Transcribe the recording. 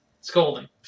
scolding